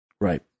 Right